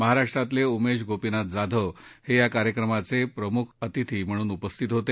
महाराष्ट्रातले उमेश गोपीनाथ जाधव हे या कार्यक्रमाचे प्रमुख म्हणून उपस्थित होते